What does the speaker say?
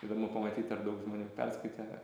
įdomu pamatyt ar daug žmonių perskaitė